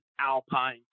Alpine